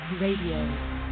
Radio